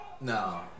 no